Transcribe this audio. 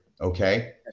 okay